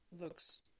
looks